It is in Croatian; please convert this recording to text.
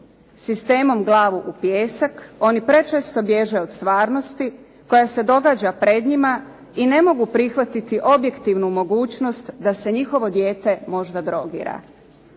Sistemom glavu u pijesak oni prečesto bježe od stvarnosti koja se događa pred njima i ne mogu prihvatiti objektivnu mogućnost da se njihovo dijete možda drogira.